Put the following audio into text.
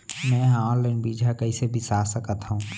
मे हा अनलाइन बीजहा कईसे बीसा सकत हाव